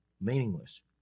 meaningless